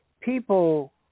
people